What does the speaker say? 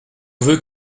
veut